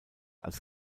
als